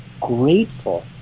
grateful